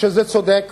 שזה צודק